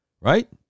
right